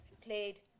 played